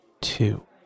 two